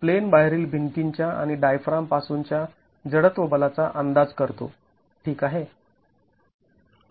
plain बाहेरील भिंतींच्या आणि डायफ्राम पासून च्या जडत्व बलाचा अंदाज करतो ठीक आहे